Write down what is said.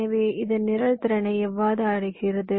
எனவே இது நிரல் திறனை எவ்வாறு அடைகிறது